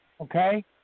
Okay